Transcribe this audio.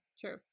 True